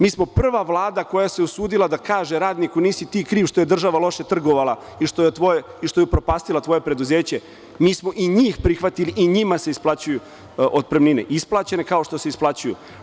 Mi smo prva Vlada koja se usudila da kaže radniku nisi ti kriv što je država loše trgovala i što je upropastila tvoje preduzeće, mi smo i njih prihvatili i njima se isplaćuju otpremnine, isplaćene kao što se isplaćuju.